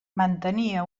mantenia